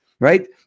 right